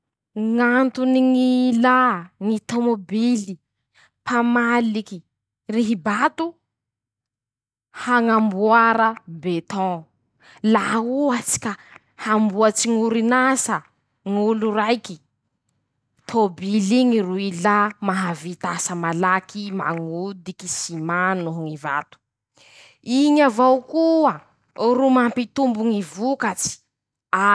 Ñ'antony ñ'ilàà ñy tômôbily pamaliky rihi-bato, hañamboara beton laha ohatsy ka amboatsy ñ'orin'asa ñ'olo raiky, tôbil'iñy ro ilà mahavit'asa malaky, mañodiky sima noho ñy vato, iñy avao koa ro mampitombo ñy vokatsy.